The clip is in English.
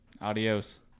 Adios